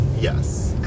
yes